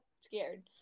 Scared